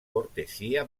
cortesia